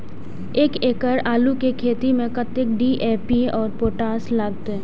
एक एकड़ आलू के खेत में कतेक डी.ए.पी और पोटाश लागते?